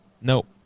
Nope